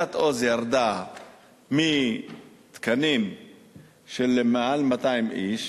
יחידת "עוז" ירדה מתקנים של מעל 200 איש